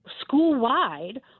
school-wide